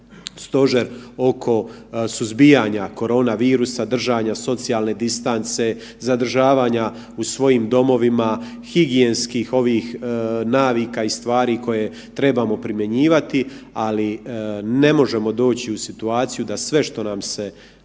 stožer oko suzbijanja koronavirusa, držanja socijalne distance, zadržavanja u svojim domovima, higijenskih ovih navika i stvari koje trebamo primjenjivati, ali ne možemo doći u situaciju da sve što nam se